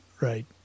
Right